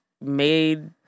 made